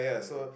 yeah